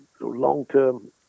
long-term